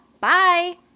Bye